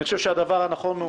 אני חושב שהדבר הנכון הוא